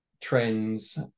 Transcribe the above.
trends